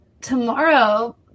tomorrow